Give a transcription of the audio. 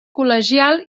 col·legial